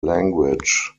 language